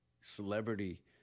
celebrity